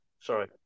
Sorry